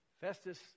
Festus